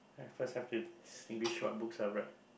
first have to what books I've read